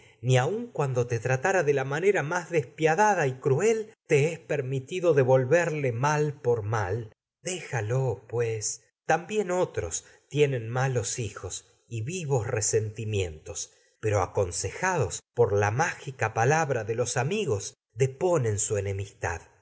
ni aun cuando y tratara de la más despiadada mal cruel te es permitido devolverle mal por déjalo pues también otros pero tienen ámalos por hijos y vivos resentimientos aconsejados su la mágica palabra de los amigos deponen ra enemistad